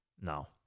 No